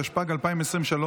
התשפ"ג 2023,